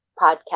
podcast